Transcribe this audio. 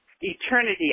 Eternity